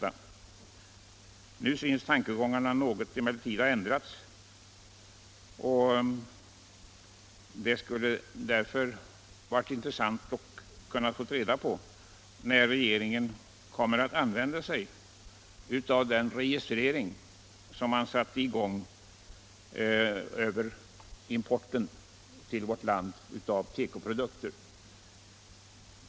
Nu tycks emellertid tankegångarna ha ändrats något, och därför skulle det vara intressant att höra när regeringen kommer att använda sig av den registrering som igångsatts då det gäller importen till vårt land av tekoprodukter.